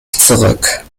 zurück